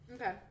Okay